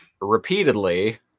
repeatedly